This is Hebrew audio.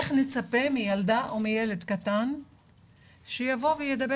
איך נצפה מילדה או מילד קטן שיבוא וידבר